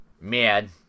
mad